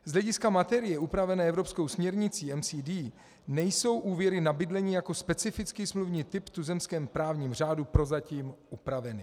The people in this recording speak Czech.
Z hlediska materie upravené evropskou směrnicí MCD nejsou úvěry na bydlení jako specifický smluvní typ v tuzemském právním řádu prozatím upraveny.